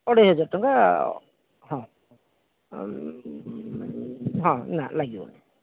ଅଢ଼େଇ ହଜାର ଟଙ୍କା ହଁ ଆଉ ହଁ ନା ଲାଗିବନି